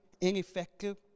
ineffective